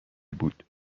بود